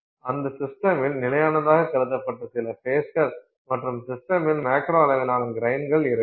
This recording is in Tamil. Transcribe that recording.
அந்த சிஸ்டமில் நிலையானதாகக் கருதப்பட்ட சில ஃபேஸ்கள் மற்றும் சிஸ்டத்தில் மேக்ரோ அளவிலான க்ரைன்கள் இருக்கும்